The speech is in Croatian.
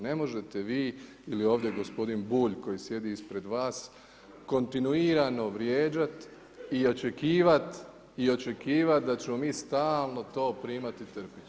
Ne možete vi ili ovdje gospodin Bulj koji sjedi ispred vas kontinuirano vrijeđati i očekivati i očekivati da ćemo mi stalno to primati i trpjeti.